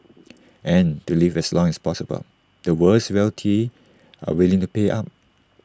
and to live as long as possible the world's wealthy are willing to pay up